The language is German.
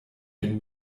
den